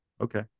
okay